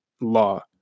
law